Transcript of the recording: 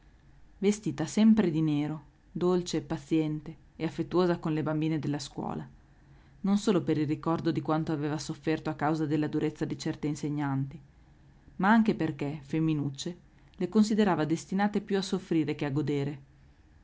vestita sempre di nero dolce paziente e affettuosa con le bambine della scuola non solo per il ricordo di quanto aveva sofferto a causa della durezza di certe insegnanti ma anche perché femminucce le considerava destinate più a soffrire che a godere